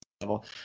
level